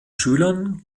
schülern